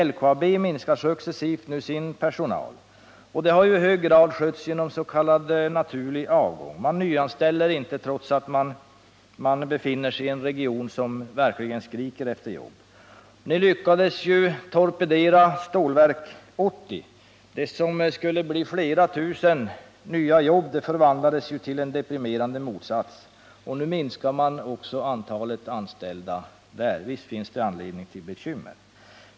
LKAB minskar successivt sin personal. Det har i hög grad skett genom s.k. naturlig avgång. Man nyanställer inte trots att man befinner sig i en region som verkligen skriker efter jobb. Ni lyckades torpedera Stålverk 80. Det som skulle bli flera tusen nya jobb förvandlades till en deprimerande motsats. Nu minskar man också antalet anställda där. Visst finns det anledning till bekymmer.